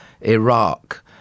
Iraq